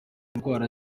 ndwara